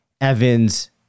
Evans